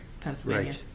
Pennsylvania